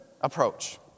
approach